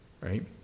Right